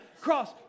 cross